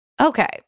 Okay